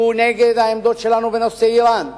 שהוא נגד העמדות שלנו בנושא אירן,